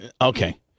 Okay